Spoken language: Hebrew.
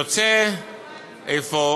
יוצא אפוא